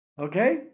Okay